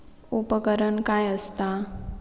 उपकरण काय असता?